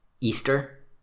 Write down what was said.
Easter